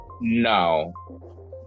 No